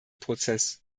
prozess